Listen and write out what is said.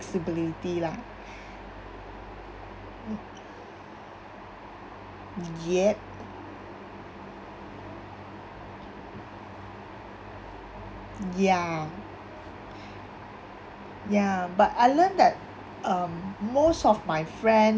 flexibility lah yet ya ya but I learn that um most of my friend